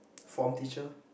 form teacher